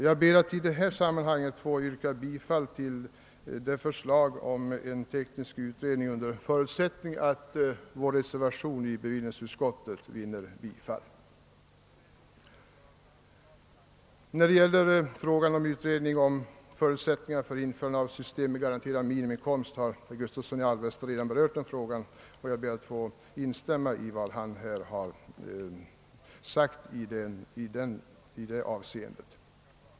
Jag ber att i detta sammanhang få yrka bifall till förslaget om en teknisk utredning, under förutsättning att vår reservation i bevillningsutskottet vinner bifall. Herr Gustavsson i Alvesta har redan berört frågan om en utredning om förutsättningarna för införande av ett system med garanterad minimiinkomst. Jag ber att få instämma i vad han här framfört i det avseendet.